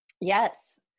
Yes